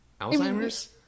Alzheimer's